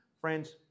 Friends